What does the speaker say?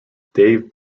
dave